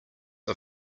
are